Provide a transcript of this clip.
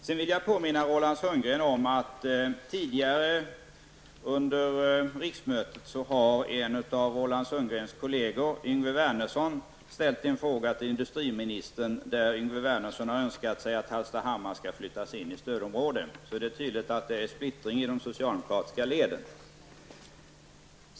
Jag vill påminna Roland Sundgren om att en av hans kolleger, Yngve Wernersson, tidigare under riksmötet ställde en fråga till industriministern i vilken han framförde önskemål om att Hallstahammar skall flyttas in i stödområde. Det är alltså tydligt att det är splittring i de socialdemokratiska leden.